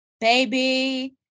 baby